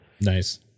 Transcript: Nice